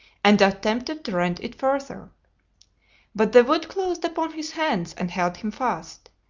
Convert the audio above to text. and attempted to rend it further but the wood closed upon his hands and held him fast,